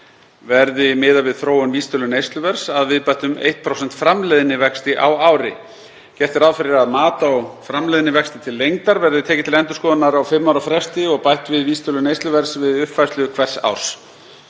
verði miðað við þróun vísitölu neysluverðs að viðbættum 1% framleiðnivexti á ári. Gert er ráð fyrir að mat á framleiðnivexti til lengdar verði tekið til endurskoðunar á fimm ára fresti og bætt við vísitölu neysluverðs við uppfærslu hvers árs.